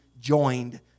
joined